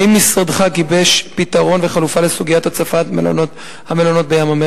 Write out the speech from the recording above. האם משרדך גיבש פתרון וחלופה לסוגיית הצפת המלונות בים-המלח?